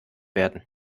werden